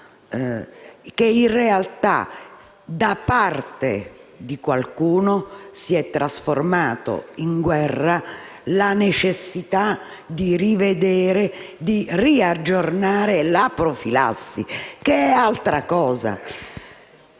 che, in realtà, da parte di qualcuno, si sia trasformata in guerra la necessità di rivedere e aggiornare la profilassi, che è un'altra cosa.